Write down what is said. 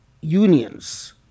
unions